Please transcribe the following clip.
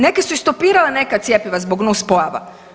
Neke su i stopirale neka cjepiva zbog nuspojava.